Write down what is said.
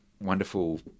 wonderful